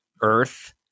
Earth